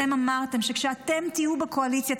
אמרתם שכשתהיו בקואליציה,